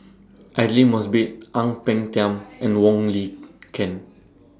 Aidli Mosbit Ang Peng Tiam and Wong Lin Ken